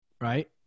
Right